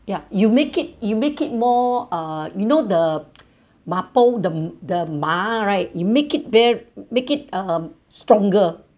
ya you make it you make it more uh you know the mapo the the ma~ right you make it ve~ make it um stronger